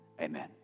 Amen